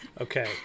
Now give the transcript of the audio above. Okay